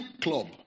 club